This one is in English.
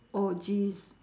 oh jeez